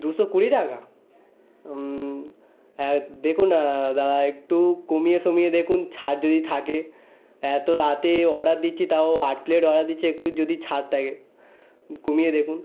দুশো কুড়ি টাকা হ্যাঁ দেখুন দাদা একটু কমিয়ে সমিয়ে দেখুন ছাড় যদি থাকে এত রাতে অর্ডার দিচ্ছি তাও আট প্লেট অর্ডার দিচ্ছি একটু যদি ছাড় থাকে কমিয়ে দেখুন